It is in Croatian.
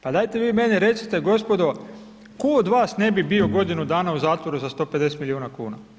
Pa dajte vi meni recite gospodo, tko od vas ne bi bio godinu dana u zatvoru za 150 milijuna kuna?